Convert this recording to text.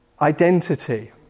identity